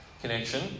connection